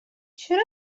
چرا